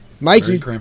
Mikey